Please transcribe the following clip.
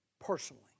personally